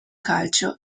calcio